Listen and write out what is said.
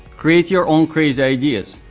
create your own crazy ideas.